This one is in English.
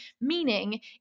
Meaning